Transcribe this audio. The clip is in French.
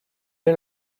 est